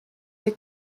der